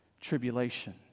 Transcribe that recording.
Tribulation